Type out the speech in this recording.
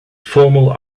formal